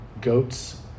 Goats